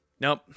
Nope